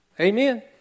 Amen